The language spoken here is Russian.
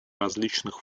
различных